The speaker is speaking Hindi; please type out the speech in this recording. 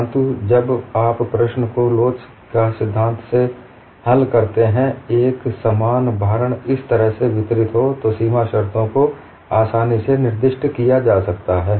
परंतु जब आप प्रश्न को लोच का सिद्धांत से हल करते हैं जब एकसमान भारण इस तरह से वितरित हो तो सीमा शर्तों को आसानी से निर्दिष्ट किया जा सकता है